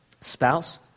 spouse